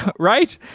but right?